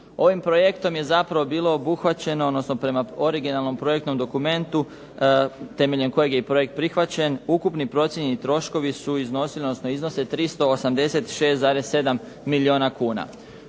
Ovim projektom je zapravo bilo obuhvaćeno odnosno prema originalnom projektnom dokumentu, temeljem kojeg je i projekt prihvaćen ukupni procijenjeni troškovi iznose 386,7 milijuna kuna.